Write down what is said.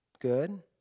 Good